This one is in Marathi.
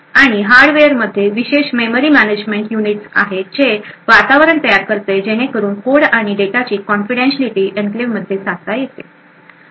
आणि हार्डवेअरमध्ये विशेष मेमरी मॅनेजमेंट युनिट्स आहेत जे वातावरण तयार करते जेणेकरून कोड आणि डेटाची कॉन्फिडन्टशीआलीटी एन्क्लेव्ह मध्ये साधता येते